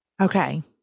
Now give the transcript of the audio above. Okay